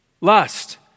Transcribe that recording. lust